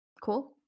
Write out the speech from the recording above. Cool